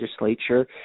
legislature